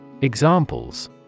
Examples